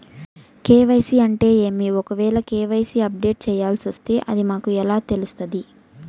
KYC అంటే ఏమి? ఒకవేల కె.వై.సి అప్డేట్ చేయాల్సొస్తే అది మాకు ఎలా తెలుస్తాది?